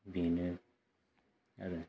बेनो आरो